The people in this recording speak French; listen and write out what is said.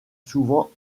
souvent